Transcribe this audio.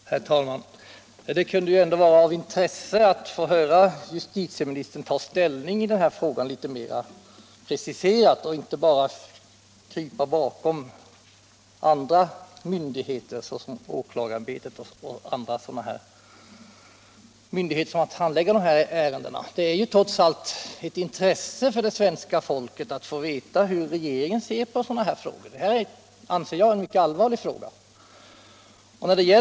Herr talman! Det kunde ju ändå vara av intresse att få höra justitieministern ta ställning i den här frågan litet mer preciserat och inte bara krypa bakom åklagarämbetet och andra myndigheter som har att handlägga dessa ärenden. Det är trots allt ett intresse för det svenska folket att få veta hur regeringen ser på sådana här företeelser. Detta är, anser jag, en mycket allvarlig fråga.